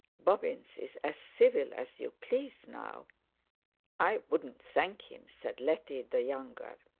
bobbins is as civil as you please, now i wouldn't thank him said letty the younger.